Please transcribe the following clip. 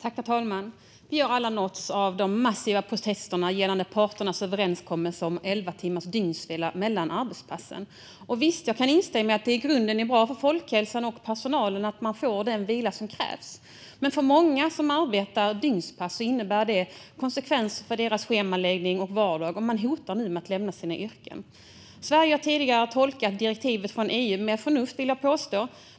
Herr talman! Vi har alla nåtts av de massiva protesterna gällande parternas överenskommelse om elva timmars dygnsvila mellan arbetspassen. Jag kan instämma i att det i grunden är bra för folkhälsan och personalen att man får den vila som krävs. Men för många som arbetar dygnspass får detta konsekvenser för deras schemaläggning och vardag, och de hotar nu med att lämna sina yrken. Sverige har tidigare tolkat direktivet från EU med förnuft, vill jag påstå.